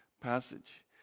passage